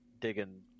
digging